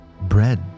bread